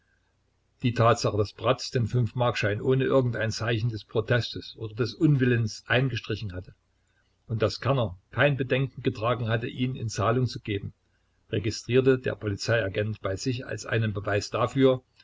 die tatsache daß bratz den fünfmarkschein ohne irgendein zeichen des protestes oder des unwillens eingestrichen hatte und daß kerner kein bedenken getragen hatte ihn in zahlung zu geben registrierte der polizeiagent bei sich als einen beweis dafür